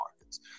markets